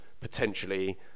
potentially